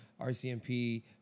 RCMP